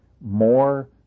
more